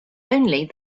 only